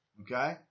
Okay